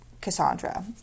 Cassandra